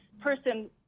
person